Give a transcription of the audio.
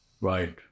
Right